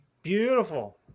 Beautiful